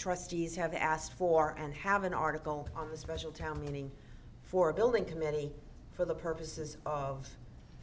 trustees have asked for and have an article on the special town meeting for a building committee for the purposes of